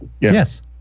Yes